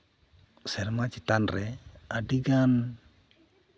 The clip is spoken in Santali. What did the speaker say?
ᱥᱮᱨᱢᱟ ᱪᱮᱛᱟᱱᱨᱮ ᱟᱹᱰᱤᱜᱟᱱ